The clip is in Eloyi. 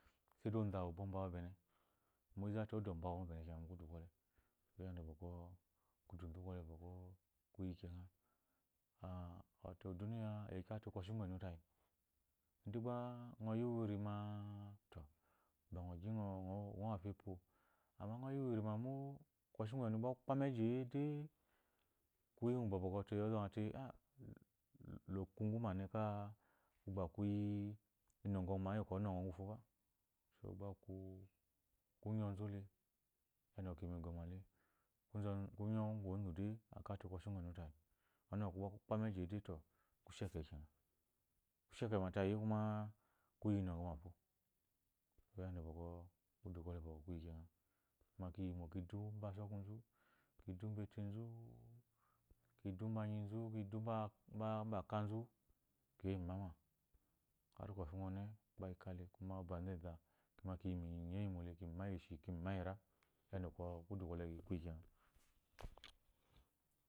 Onzu ombambawu bane mo izote odo mba wu bene mu kudu kwɔle yadda bwɔkwɔ kudun zu kwɔle bwɔkwɔ kuyi kena ahɔte oduniya eyi tate koshi ugwu enu tayi idan gba ngɔ yi wu iri ma to ba ngɔ gyi ngɔ wo afi epyo amma ngɔyi irima mo kɔshi gba ku kpa meji dei kuyi bwɔkwɔ ɔzate ah lo kumgu ma ne ka ku gba kuyi inogɔma iyi ɔkwɔ ɔngɔgɔyi ma fo ba gba aku ku nyɔnzu le yadda iki mu igɔmale kungo ugwu onzu de akate kɔshi ugwu enu tayi ɔnu uwu kuwɔ ku kpameji de too ku sheke kena ku sheke tayie kuma kuyi inɔgɔma to yadda bwɔkwɔ kudu kwole gwɔ kuyi kena kuma kiyi mo ki du mu mba asɔnkunzu ki du mbetenzu ki du mbanyinzu mbaka nzu keyi mu imama har kɔri ngwu one ki kale kuma ɔbazu eza kuma kiyi mu nyieyi mole ishi te ki ma ira iyi bwɔkwo kwɔle kuyi kena